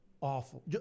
awful